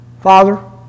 Father